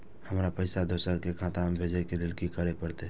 हमरा पैसा दोसर के खाता में भेजे के लेल की करे परते?